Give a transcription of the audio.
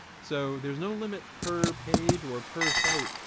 so there's no limit per page or per site.